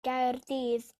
gaerdydd